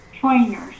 trainers